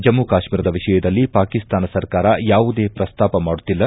ಜಮ್ಲು ಕಾಶ್ಮೀರದ ವಿಷಯದಲ್ಲಿ ಪಾಕಿಸ್ತಾನ ಸರ್ಕಾರ ಯಾವುದೇ ಪ್ರಸ್ತಾಪ ಮಾಡುತ್ತಿಲ್ಲ